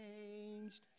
changed